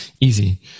easy